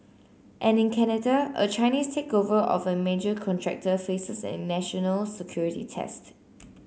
and in Canada a Chinese takeover of a major contractor faces a national security test